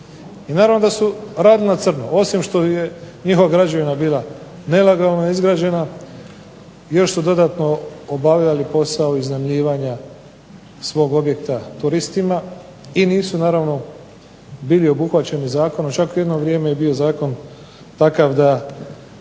naravno da su radili na crno. Osim što je njihova građevina bila nelegalno izgrađena još su dodatno obavljali posao iznajmljivanja svog objekta turistima i nisu naravno bili obuhvaćeni zakonom, čak jedno vrijeme je bio zakon takav da